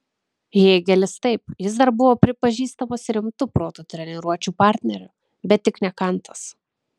hėgelis taip jis dar buvo pripažįstamas rimtu proto treniruočių partneriu bet tik ne kantas